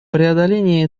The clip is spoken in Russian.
преодоление